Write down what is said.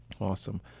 awesome